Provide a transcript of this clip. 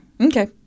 Okay